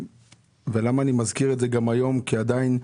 אני מזכיר את זה גם היום כי עדיין,